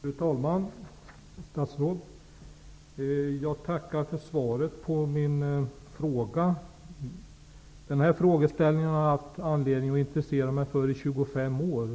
Fru talman! Fru statsråd! Jag tackar för svaret på min fråga. Den här frågeställningen har jag haft anledning att intressera mig för i 25 år.